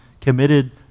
committed